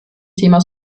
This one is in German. thema